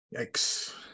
yikes